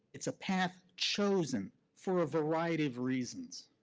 it's a path chosen for a variety of reasons,